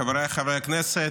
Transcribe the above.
חבריי חברי הכנסת,